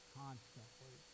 constantly